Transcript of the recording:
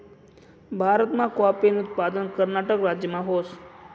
भारतमा काॅफीनं उत्पादन कर्नाटक राज्यमा व्हस